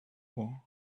war